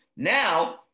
Now